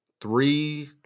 three